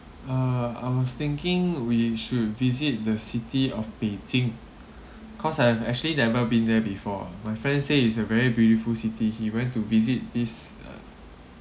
uh I was thinking we should visit the city of beijing cause I have actually never been there before my friend say is a very beautiful city he went to visit this uh